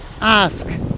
ask